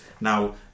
Now